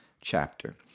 chapter